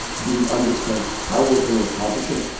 do we understand how we're going to accomplish it?